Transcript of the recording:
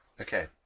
Okay